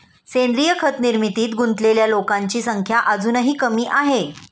सेंद्रीय खत निर्मितीत गुंतलेल्या लोकांची संख्या अजूनही कमी आहे